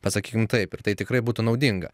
pasakykim taip ir tai tikrai būtų naudinga